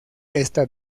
esta